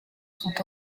sont